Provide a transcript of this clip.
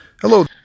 Hello